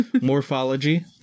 Morphology